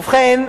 ובכן,